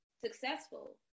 successful